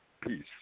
peace